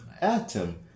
atom